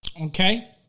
Okay